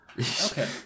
Okay